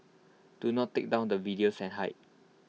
do not take down the videos and hide